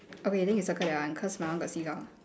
okay then you circle that one cause my one got seagull